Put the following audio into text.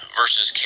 versus